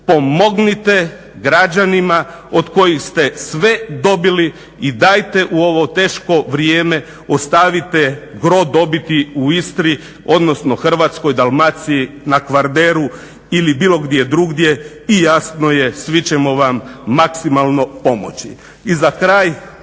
pomognite građanima od kojih ste sve dobili i dajte u ovo teško vrijeme ostavite gro dobiti u Istri, odnosno Hrvatskoj, Dalmaciji, na Kvarneru ili gdje drugdje i jasno je svi ćemo vam maksimalno pomoći.